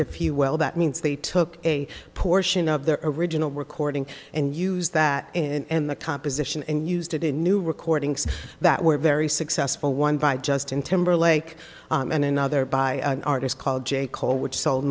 you well that means they took a portion of the original recording and use that in the composition and used it in new recordings that were very successful one by justin timberlake and another by an artist called j cole which sold